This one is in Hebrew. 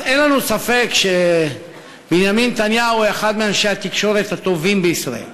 אז אין לנו ספק שבנימין נתניהו הוא אחד מאנשי התקשורת הטובים בישראל,